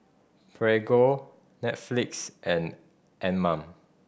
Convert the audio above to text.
Prego Netflix and Anmum